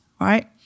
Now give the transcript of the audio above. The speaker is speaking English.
Right